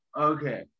okay